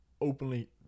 openly